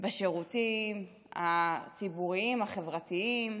בשירותים הציבוריים, החברתיים,